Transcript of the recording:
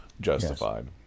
justified